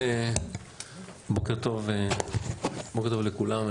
בוקר טוב לכולם.